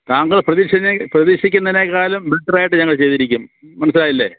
താങ്കൾ പ്രതീഷിനെ പ്രതീക്ഷിക്കുന്നതിനെക്കാളും ബെറ്ററായിട്ട് ഞങ്ങൾ ചെയ്തിരിക്കും മനസ്സിലായില്ലേ